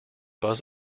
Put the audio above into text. buzz